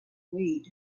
weed